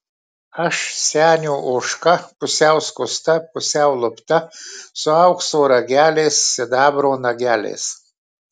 aš senio ožka pusiau skusta pusiau lupta su aukso rageliais sidabro nageliais